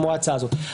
כמו ההצעה הזאת.